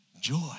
joy